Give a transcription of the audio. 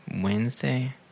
wednesday